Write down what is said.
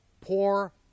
poor